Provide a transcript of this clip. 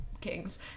kings